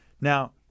Now